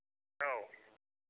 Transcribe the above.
औ